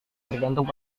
tergantung